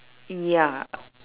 ya